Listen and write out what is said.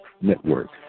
Network